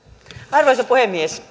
arvoisa puhemies